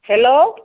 hello